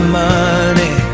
money